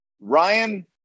Ryan